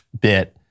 bit